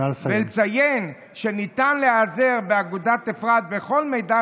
ולציין שניתן להיעזר באגודת אפרת בכל מידע